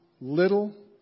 little